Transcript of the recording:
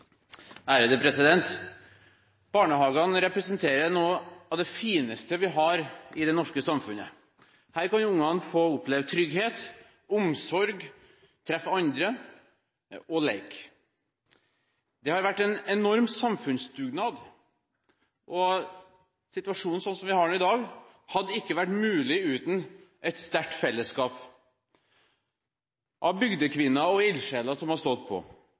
Barnehagene representerer noe av det fineste vi har i det norske samfunnet. Her kan ungene få oppleve trygghet, få omsorg, treffe andre og leke. Det har vært en enorm samfunnsdugnad, og situasjonen, som den er i dag, hadde ikke vært mulig uten et sterkt fellesskap av bygdekvinner og ildsjeler, enkeltpersoner og grupper, foreldre og lokalsamfunn som har stått på